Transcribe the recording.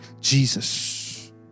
Jesus